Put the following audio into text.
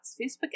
Facebook